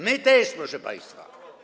My też, proszę państwa.